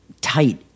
tight